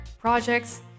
projects